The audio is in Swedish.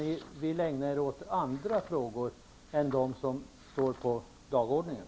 Ni vill tydligen ägna er åt andra frågor än dem som finns med på dagordningen.